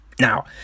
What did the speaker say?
Now